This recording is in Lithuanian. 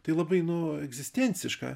tai labai nu egzistenciška